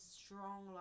strong